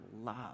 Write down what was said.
love